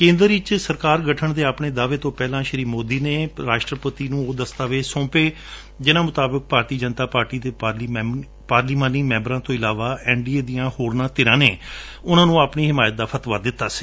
ਕੇਂਦਰ ਵਿੱਚ ਸਰਕਾਰ ਦੇ ਗਠਨ ਦੇ ਆਪਣੇ ਦਾਅਵੇ ਤੋ ਪਹਿਲਾਂ ਸ੍ਸੀ ਮੋਦੀ ਨੇ ਰਾਸ਼ਟਪਤੀ ਨੂੰ ਉਹ ਦਸਤਾਵੇਜ ਸੋਪੇ ਜਿਨ੍ਹਾਂ ਮੁਤਾਬਕ ਭਾਰਤੀ ਜਨਤਾ ਪਾਰਟੀ ਨੇ ਪਾਰਲੀਮਾਨੀ ਮੈਂਬਰਾਂ ਤੋ ਆਲਵਾ ਐਨਡੀਏ ਦੀਆਂ ਹੋਰਨਾ ਧਿਰਾਂ ਨੇ ਉਨੂਾਂ ਨੂੰ ਆਪਣੀ ਹਿਮਾਇਤ ਦਾ ਫਤਵਾ ਦਿੱਤਾ ਸੀ